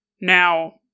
Now